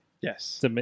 yes